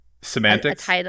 semantics